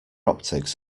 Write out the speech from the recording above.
optics